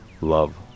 love